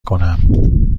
کنم